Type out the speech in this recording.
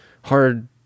hard